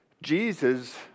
Jesus